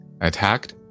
Attacked